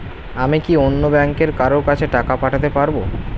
আমি কি অন্য ব্যাংকের কারো কাছে টাকা পাঠাতে পারেব?